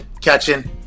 catching